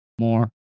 more